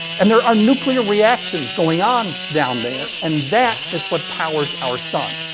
and there are nuclear reactions going on down there and that is what powers our sun.